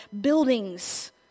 buildings